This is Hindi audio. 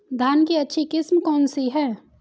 धान की अच्छी किस्म कौन सी है?